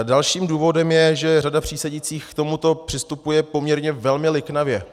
Dalším důvodem je, že řada přísedících k tomuto přistupuje poměrně velmi liknavě.